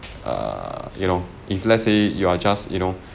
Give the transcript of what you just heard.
err you know if let's say you are just you know